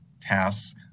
tasks